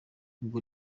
ubwo